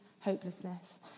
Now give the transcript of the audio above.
hopelessness